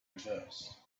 reversed